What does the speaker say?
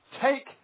Take